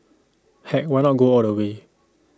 heck why not go all the way